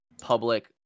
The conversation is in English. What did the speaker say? public